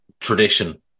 tradition